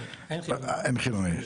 אין חילוני.